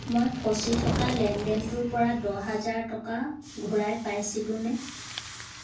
মই ফচি থকা লেনদেনটোৰপৰা দহ হাজাৰ টকা ঘূৰাই পাইছিলোনে